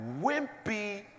wimpy